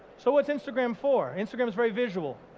so what's instagram for? instagram is very visual.